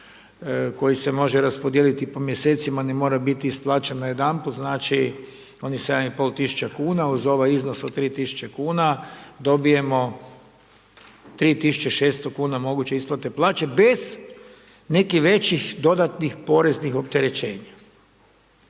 koji se može raspodijeliti po mjesecima, ne mora biti isplaćen na jedanput, znači on je 7,5 tisuća kuna, uz ovaj iznos od 3000 kuna dobijemo 3600 kuna moguće isplate plaće bez nekih većih dodatnih poreznih opterećenja.